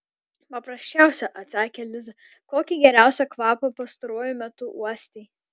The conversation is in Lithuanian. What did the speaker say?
paprasčiausią atsakė liza kokį geriausią kvapą pastaruoju metu uostei